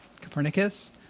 Copernicus